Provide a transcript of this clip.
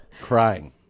crying